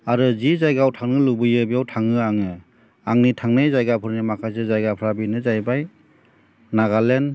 आरो जि जायगायाव थांनो लुबैयो बेयाव थाङो आङो आंनि थांनाय जायगाफोरनि माखासे जायगाफोरा बेनो जाहैबाय नागालेण्ड